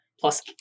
plus